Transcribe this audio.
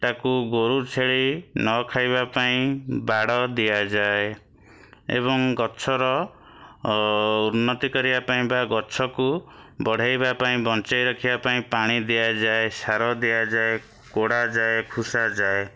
ତାକୁ ଗୋରୁ ଛେଳି ନ ଖାଇବା ପାଇଁ ବାଡ଼ ଦିଆଯାଏ ଏବଂ ଗଛର ଉନ୍ନତି କରିବା ପାଇଁ ବା ଗଛକୁ ବଢ଼େଇବା ପାଇଁ ବଞ୍ଚେଇ ରଖିବାପାଇଁ ପାଣି ଦିଆଯାଏ ସାର ଦିଆଯାଏ କୋଡ଼ାଯାଏ ଖୁସାଯାଏ